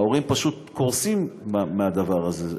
ההורים פשוט קורסים מהדבר הזה.